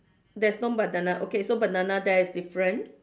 there's no banana okay so banana there is different